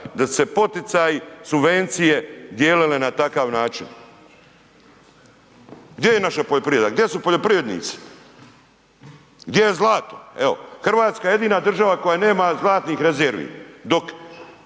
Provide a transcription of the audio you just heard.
su se poticaji, subvencije dijelile na takav način. Gdje je naša poljoprivreda, gdje su poljoprivrednici? Gdje je zlato? Evo, Hrvatska je jedina država koja nema zlatnih rezervi.